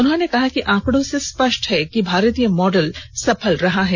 उन्होंने कहा कि आंकडों से स्पष्ट है कि भारतीय मॉडल सफल रहा है